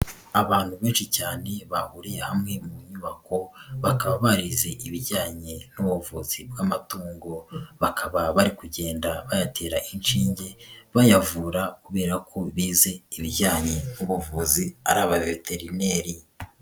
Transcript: Abantu benshi cyane bahuriye hamwe mu nyubako, bakaba barize ibijyanye n'ubuvuzi bw'amatungo, bakaba bari kugenda bayatera inshinge bayavura kubera ko bize ibijyanye n'ubuvuzi ari abaveterineri.